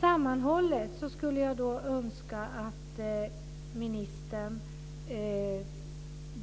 Sammantaget skulle jag önska att ministern